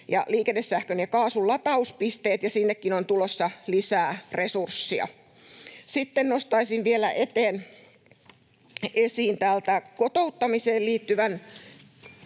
liikennesähkön ja ‑kaasun lataus- ja tankkauspisteet, ja sinnekin on tulossa lisää resurssia. Sitten nostaisin täältä vielä esiin kotouttamiseen liittyvän